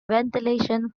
ventilation